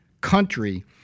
country